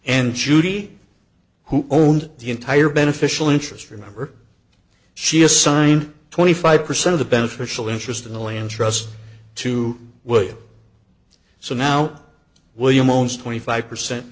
and judy who owned the entire beneficial interest remember she assigned twenty five percent of the beneficial interest in the land trust to william so now wm owns twenty five percent